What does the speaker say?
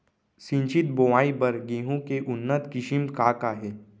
सिंचित बोआई बर गेहूँ के उन्नत किसिम का का हे??